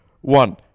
one